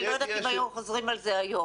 אני לא יודעת אם היו חוזרים על זה היום.